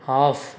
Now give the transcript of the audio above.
off